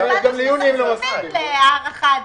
אנחנו הבנו --- להארכת דיון.